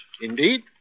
Indeed